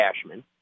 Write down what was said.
Cashman